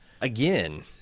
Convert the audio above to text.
again